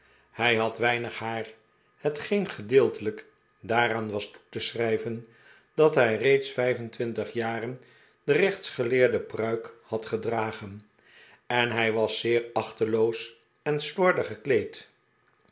hij had weinig haar hetgeen gedeeltelijk daaraan was toe te schrijven dat hij reeds vijf en twintig jaren de rechtsgeleerde pruik had gedragen en hij was zeer achteloos en slofdig gekleed